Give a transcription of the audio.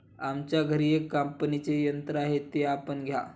आमच्या घरी एक कापणीचे यंत्र आहे ते आपण घ्या